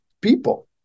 people